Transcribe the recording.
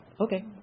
Okay